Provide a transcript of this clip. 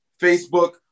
Facebook